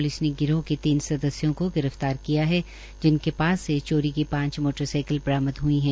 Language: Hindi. प्लिस ने गिरोह के तीन सदस्यों को गिरफ्तार किया है जिनके पास से चोरी की पांच मोटरसाईकल बरामद हुई है